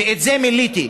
ואת זה מילאתי.